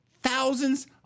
thousands